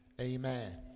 Amen